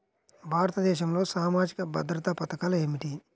భారతదేశంలో సామాజిక భద్రతా పథకాలు ఏమిటీ?